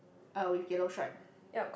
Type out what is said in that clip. uh with yellow stripe